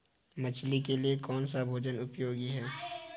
मछली के लिए कौन सा भोजन उपयोगी है?